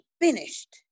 finished